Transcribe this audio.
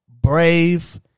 Brave